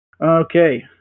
Okay